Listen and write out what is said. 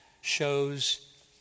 shows